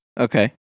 okay